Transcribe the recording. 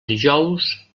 dijous